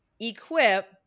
equip